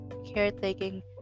Caretaking